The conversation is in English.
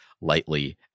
lightly